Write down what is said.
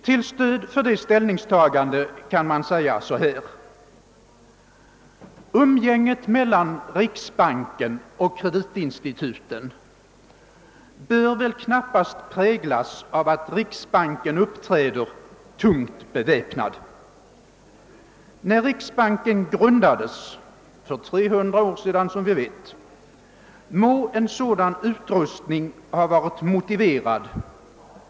Till stöd för detta ställningstagande kan sägas att umgänget mellan riksbanken och kreditinstituten väl knappast bör präglas av att riksbanken uppträder tungt beväpnad. När riksbanken grundades för — som vi efter jubilerandet vet — 300 år sedan må en sådan utrustning ha varit motiverad.